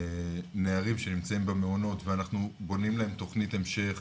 נערים שנמצאים במעונות ואנחנו בונים להם תוכנית המשך,